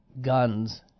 guns